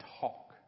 talk